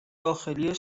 داخلی